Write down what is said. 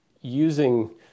using